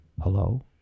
Hello